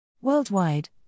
Worldwide